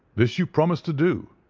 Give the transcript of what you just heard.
this you promised to do,